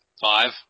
five